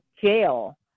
jail